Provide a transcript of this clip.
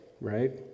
right